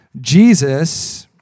Jesus